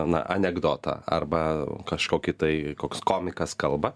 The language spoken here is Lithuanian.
na anekdotą arba kažkokį tai koks komikas kalba